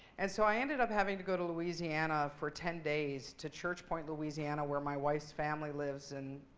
and so i ended up having to go to louisiana for ten days to church point, louisiana where my wife's family lives and